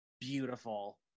beautiful